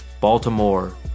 baltimore